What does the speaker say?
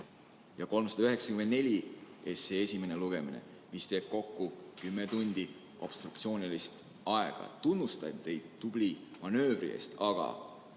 ja 394 SE esimene lugemine, mis teeb kokku kümme tundi obstruktsioonilist aega. Tunnustan teid tubli manöövri eest, aga